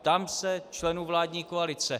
Ptám se členů vládní koalice.